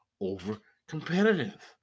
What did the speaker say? over-competitive